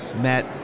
Matt